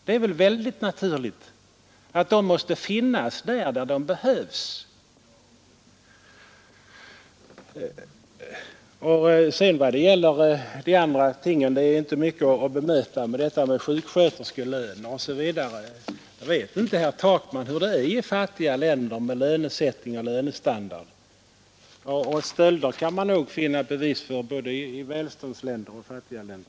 Det är väl helt naturligt att läkarna måste finnas där de behövs. Vad som sagts om de andra tingen — sjuksköterskelöner osv är inte mycket att bemöta. Vet inte herr Takman hur det är i fattiga länder med lönesättning och lönestandard? Och stölder kan man nog finna både i välståndsländer och fattiga länder.